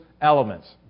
Elements